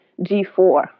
G4